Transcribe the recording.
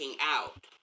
out